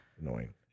Annoying